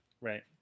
right